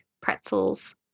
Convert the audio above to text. pretzels